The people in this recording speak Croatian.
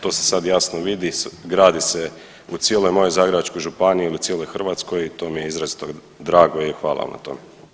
To se sad jasno vidi, gradi se u cijeloj mojoj Zagrebačkoj županiji i u cijeloj Hrvatskoj, to mi je izrazito drago i hvala vam na tome.